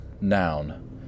Noun